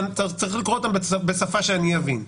אבל צריך לקרוא אותם בשפה שאני אבין.